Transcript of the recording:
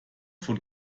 von